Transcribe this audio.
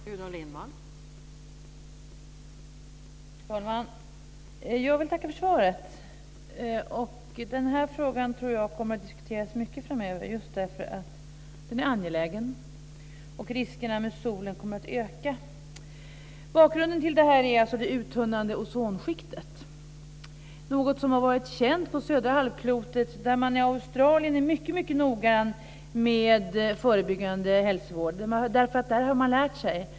Fru talman! Jag vill tacka för svaret. Jag tror att den här frågan kommer att diskuteras mycket framöver eftersom den är angelägen. Riskerna med solen kommer att öka. Bakgrunden till detta är alltså det uttunnande ozonskiktet. Det har varit känt på södra halvklotet. I Australien är man mycket noggrann med förebyggande hälsovård. Där har man lärt sig.